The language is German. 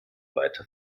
weiter